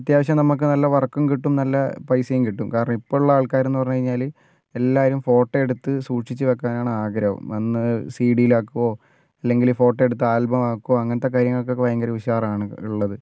അത്യാവശ്യം നമുക്ക് നല്ല വർക്കും കിട്ടും നല്ല പൈസയും കിട്ടും കാരണം ഇപ്പോൾ ഉള്ള ആൾക്കാർ എന്ന് പറഞ്ഞു കഴിഞ്ഞാൽ എല്ലാവരും ഫോട്ടോ എടുത്ത് സൂക്ഷിച്ചു വെക്കാനാണ് ആഗ്രഹം വന്ന് സിഡിയിൽ ആക്കുകയോ ഇല്ലെങ്കിൽ ഫോട്ടോ എടുത്ത് ആൽബം ആക്കുകയോ ഇങ്ങനത്തെ കാര്യങ്ങൾക്ക് ഒക്കെ ഭയങ്കര ഉഷാറാണ് ഉള്ളത്